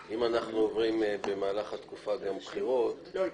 כי אם אנחנו עוברים במהלך התקופה גם בחירות --- לא יקרה.